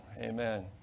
Amen